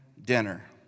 Dinner